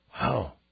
Wow